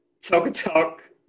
talk-a-talk